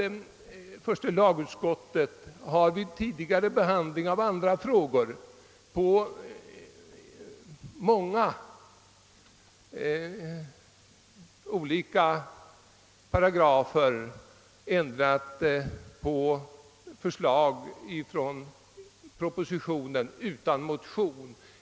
Första lagutskottet har vid behandling av andra frågor ändrat många paragrafer som föreslagits i en proposition utan att någon motion förelegat.